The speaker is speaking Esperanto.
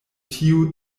tiu